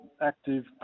active